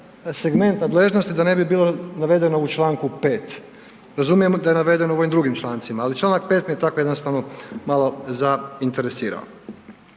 segment nadležnosti da ne bi bilo navedeno u čl. 5. Razumijem da je navedeno u ovim drugim člancima, ali čl. 5. me je tako jednostavno malo zainteresirao,